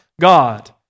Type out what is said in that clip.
God